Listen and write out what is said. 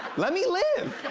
let me live.